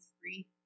free